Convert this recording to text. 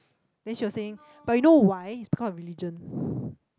then she was saying but you know why it's because of religion